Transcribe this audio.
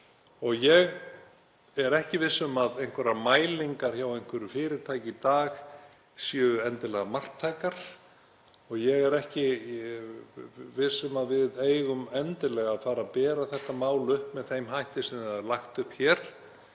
Ég er ekki viss um að einhverjar mælingar hjá einhverju fyrirtæki í dag séu endilega marktækar. Ég er ekki viss um að við eigum endilega að fara að bera þetta mál upp með þeim hætti sem það er lagt upp hér.